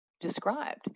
described